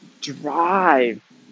drive